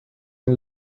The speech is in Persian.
این